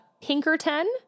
Pinkerton